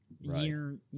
year